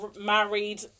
married